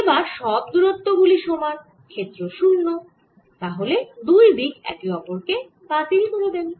এবার সব দূরত্ব গুলি সমান ক্ষেত্র 0 দুই দিক একে অপর কে বাতিল করে দেয়